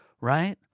right